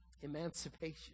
emancipation